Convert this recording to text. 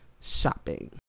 shopping